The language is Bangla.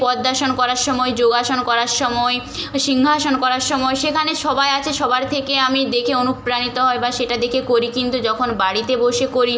পদ্মাসন করার সময় যোগাসন করার সময় সিংহাসন করার সময় সেখানে সবাই আছে সবার থেকে আমি দেখে অনুপ্রাণিত হই বা সেটা দেখে করি কিন্তু যখন বাড়িতে বসে করি